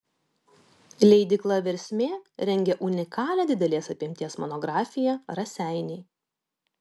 leidykla versmė rengia unikalią didelės apimties monografiją raseiniai